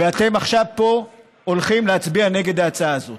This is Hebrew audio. ואתם עכשיו פה הולכים להצביע נגד ההצעה הזאת.